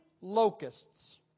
locusts